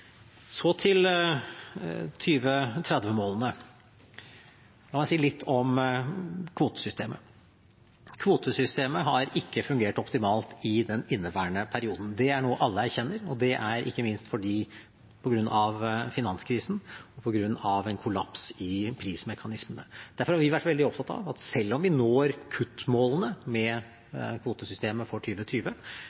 Så til 2030-målene: La meg si litt om kvotesystemet. Kvotesystemet har ikke fungert optimalt i inneværende periode. Det er noe alle erkjenner, og det er ikke minst på grunn av finanskrisen, på grunn av en kollaps i prismekanismene. Derfor har vi vært veldig opptatt av at selv om vi når kuttmålene med